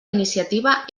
iniciativa